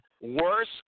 worse